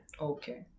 Okay